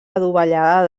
adovellada